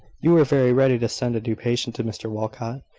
you were very ready to send a new patient to mr walcot,